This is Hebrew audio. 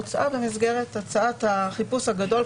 הוצעה במסגרת הצעת החיפוש הגדול,